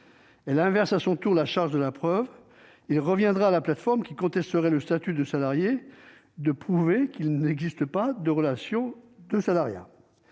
Elle inverse à son tour la charge de la preuve : il reviendra à la plateforme qui contesterait le statut de salarié de prouver qu'il n'existe pas de relation de salariat.